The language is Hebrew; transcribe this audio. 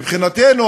מבחינתנו,